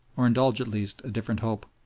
or indulge, at least, a different hope.